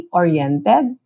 oriented